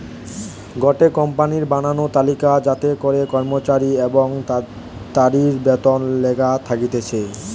গটে কোম্পানির বানানো তালিকা যাতে করে কর্মচারী এবং তাদির বেতন লেখা থাকতিছে